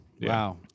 wow